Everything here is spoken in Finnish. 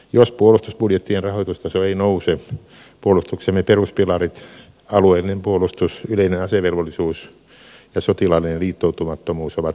jos puolustusbudjettien rahoitustaso ei nouse puolustuksemme peruspilarit alueellinen puolustus yleinen asevelvollisuus ja sotilaallinen liittoutumattomuus ovat vaakalaudalla